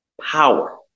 power